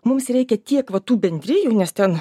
mums reikia tiek va tų bendrijų nes ten